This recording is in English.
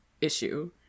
issue